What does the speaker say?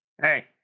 Hey